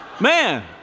Man